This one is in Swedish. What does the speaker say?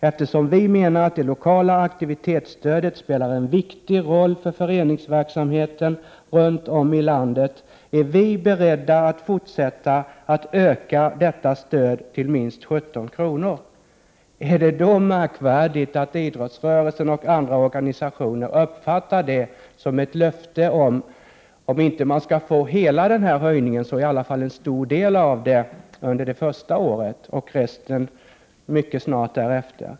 Eftersom vi menar att det lokala aktivitetsstödet spelar en viktig roll för föreningsverksamheten runt om i landet, är vi beredda att fortsätta att öka detta stöd till minst 17 kr. Är det då märkvärdigt om idrottsrörelsen och andra organisationer uppfattar detta som ett löfte om att de skall få om inte hela denna höjning så i varje fall en stor del av den under det första året och resten mycket snart därefter?